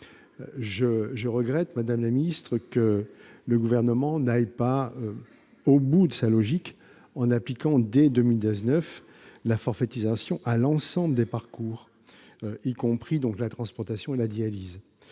je regrette, madame la ministre, que le Gouvernement n'aille pas au bout de sa logique en appliquant dès 2019 la forfaitisation à l'ensemble des parcours, y compris, donc, à la transplantation et à la dialyse.